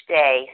day